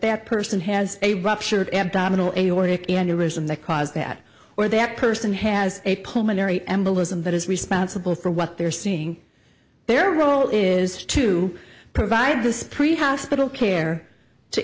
that person has a ruptured abdominal aortic aneurism that caused that or that person has a pulmonary embolism that is responsible for what they're seeing their role is to provide this pre hospital care to